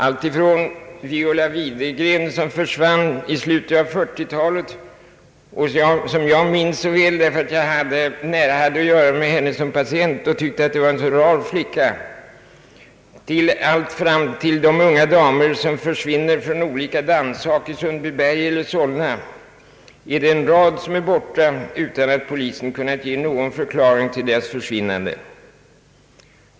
Alltifrån Viola Widegren som försvann i slutet av 1940-talet och som jag minns så väl därför att jag nära hade att göra med henne som patient och tyckte att hon var en så rar flicka, till de unga damer som försvinner från olika danshak i Sundbyberg eller Solna, är det en rad som blivit borta utan att polisen kunnat ge någon förklaring till deras försvinnande.